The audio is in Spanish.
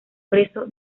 preso